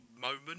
moment